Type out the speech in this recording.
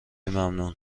ممنون